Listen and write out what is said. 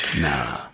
Nah